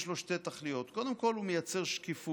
יש לו שתי תכליות: קודם כול, הוא מייצר שקיפות.